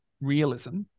realism